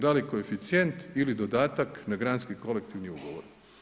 Da li koeficijent ili dodatak na granski kolektivi ugovor?